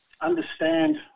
understand